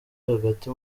hagati